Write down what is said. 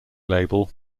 label